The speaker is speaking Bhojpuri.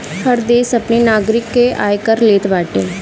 हर देस अपनी नागरिक से आयकर लेत बाटे